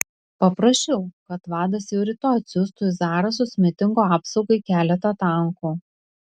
paprašiau kad vadas jau rytoj atsiųstų į zarasus mitingo apsaugai keletą tankų